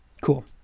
Cool